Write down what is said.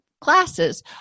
classes